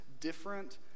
different